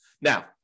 Now